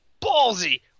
ballsy